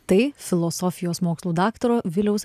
tai filosofijos mokslų daktaro viliaus